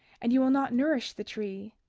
and ye will not nourish the tree,